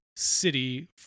city